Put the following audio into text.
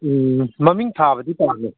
ꯎꯝ ꯃꯃꯤꯡ ꯊꯥꯕꯗꯤ ꯄꯥꯝꯃꯦ